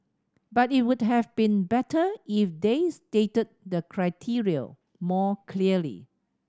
but it would have been better if they stated the criteria more clearly